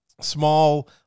small